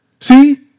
See